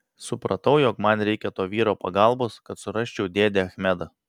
supratau jog man reikia to vyro pagalbos kad surasčiau dėdę achmedą